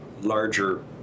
larger